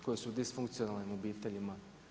Koji su u disfunkcionalnim obiteljima?